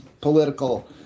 political